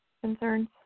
concerns